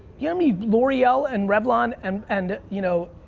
yeah many l'oreal and revlon and and you know,